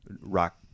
Rock